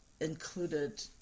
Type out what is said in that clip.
included